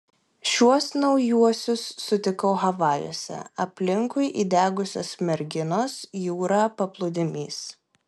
šiuos naujuosius sutikau havajuose aplinkui įdegusios merginos jūra paplūdimys